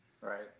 Right